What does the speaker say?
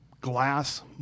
glass